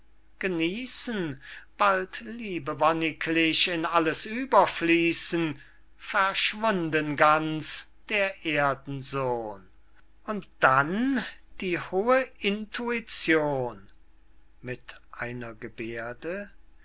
genießen bald liebewonniglich in alles überfließen verschwunden ganz der erdensohn und dann die hohe intuition mit einer